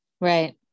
Right